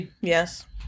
yes